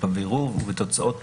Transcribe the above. בבירור ובתוצאות